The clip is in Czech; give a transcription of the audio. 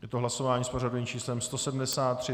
Je to hlasování s pořadovým číslem 173.